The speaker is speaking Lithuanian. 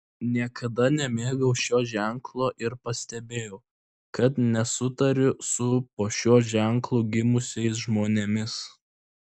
niekada nemėgau šio ženklo ir pastebėjau kad nesutariu su po šiuo ženklu gimusiais žmonėmis